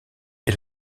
est